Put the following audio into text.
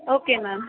okay ma'am